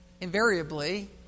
invariably